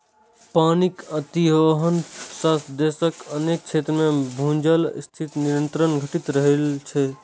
पानिक अतिदोहन सं देशक अनेक क्षेत्र मे भूजल स्तर निरंतर घटि रहल छै